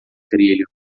trilho